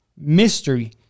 mystery